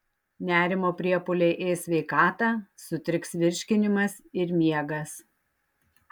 nerimo priepuoliai ės sveikatą sutriks virškinimas ir miegas